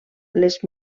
les